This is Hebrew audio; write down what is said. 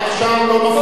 עכשיו לא מפריעים.